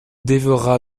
dévora